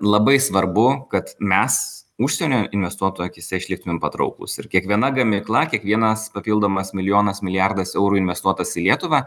labai svarbu kad mes užsienio investuotojų akyse išliktumėm patrauklūs ir kiekviena gamykla kiekvienas papildomas milijonas milijardas eurų investuotas į lietuvą